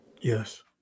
Yes